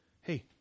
hey